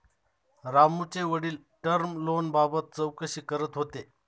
रामूचे वडील टर्म लोनबाबत चौकशी करत होते